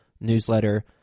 newsletter